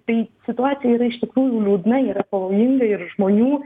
tai situacija yra iš tikrųjų liūdna yra pavojinga ir žmonių